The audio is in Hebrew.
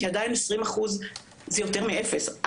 כי 20% זה עדיין יותר מאפס,